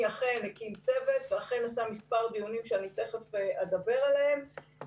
אכן הקים צוות ולכן הוא עשה מספר דיונים שאני תכף אדבר עליהם,